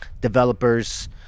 developers